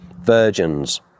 virgins